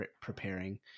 preparing